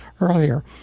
earlier